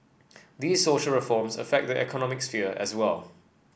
these social reforms affect the economic sphere as well